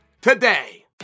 today